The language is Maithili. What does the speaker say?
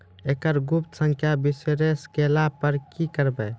एकरऽ गुप्त संख्या बिसैर गेला पर की करवै?